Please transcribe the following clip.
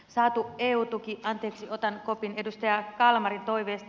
saatu eu tuki anteeksi otan kopin edustaja kalmarin toiveesta